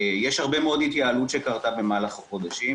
יש הרבה מאוד התייעלות שקרתה במהלך החודשים,